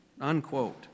unquote